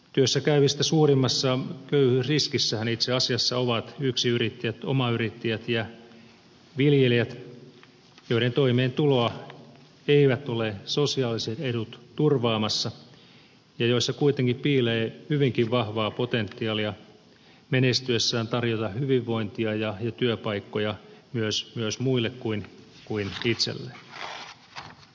työssä käyvistä suurimmassa köyhyysriskissähän itse asiassa ovat yksinyrittäjät omayrittäjät ja viljelijät joiden toimeentuloa eivät ole sosiaaliset edut turvaamassa ja joissa kuitenkin piilee hyvinkin vahvaa potentiaalia menestyessään tarjota hyvinvointia ja työpaikkoja myös muille kuin itselle